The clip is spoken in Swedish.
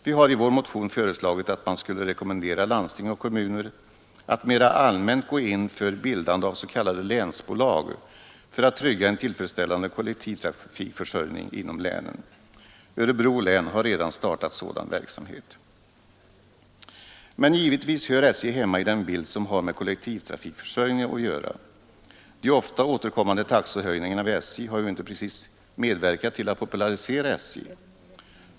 Vi har i vår motion föreslagit att man skulle rekommendera landsting och kommuner att mera allmänt gå in för bildande av s.k. länsbolag för att trygga en tillfredsställande kollektiv trafikförsörjning inom länen. Örebro län har redan startat sådan verksamhet. Givetvis hör SJ hemma i den bild som har med kollektiv trafikförsörjning att göra. De ofta återkommande taxehöjningarna vid statens järnvägar har ju inte precis medverkat till att popularisera SJ.